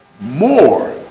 more